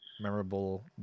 memorable